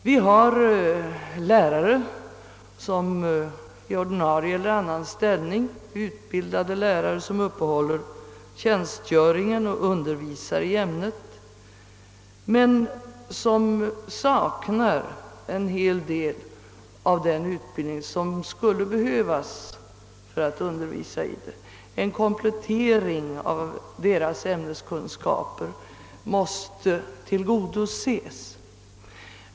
Vi har lärare som i ordinarie eller annan ställning upprätthåller tjänsterna och undervisar i ämnet men som saknar en hel del av den utbildning som skulle behövas för denna undervisning. En komplettering av deras ämneskunskaper måste möjliggöras.